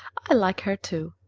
i like her, too,